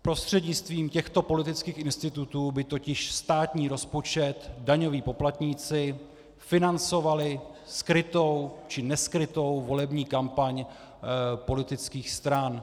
Prostřednictvím těchto politických institutů by totiž státní rozpočet, daňoví poplatníci financovali skrytou či neskrytou volební kampaň politických stran.